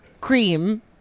cream